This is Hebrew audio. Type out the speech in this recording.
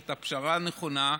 את הפשרה הנכונה,